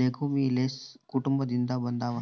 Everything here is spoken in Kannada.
ಲೆಗುಮಿಲೇಸಿ ಕುಟುಂಬದಿಂದ ಬಂದಾವ